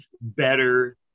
better